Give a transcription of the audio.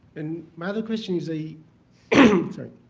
and my other question is a sorry.